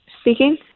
Speaking